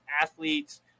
athletes